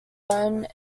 own